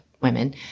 women